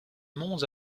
monts